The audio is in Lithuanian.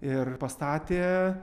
ir pastatė